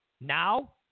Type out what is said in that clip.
Now